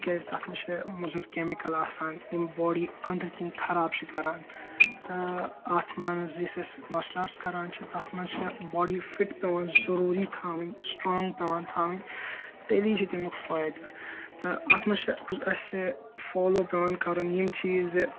تِکِیازِ تَتھ منٛز چھ مُزِر کیٚمِکَل آسان یِم باڈی اَنٛدرۍ کِنۍ خَراب چھ کَران تہٕ اَتھ منٛز یُس أسۍ مارشَل آٹٕس کَران چھ تتھ منٛز چھِ باڈی فِٹ پیٚوان ضُروری تھاوٕنۍ سِٹرانگ پیٚوان تھاوٕنۍ تیٚلے چھِ تمیُک فٲیدٕ تہٕ اَتھ منٛز چھ اَسہِ فالو پیٚوان کَرُن یِم چیز زِ